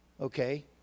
Okay